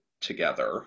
together